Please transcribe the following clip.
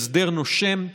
הסדר נושם,